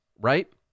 right